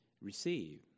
receive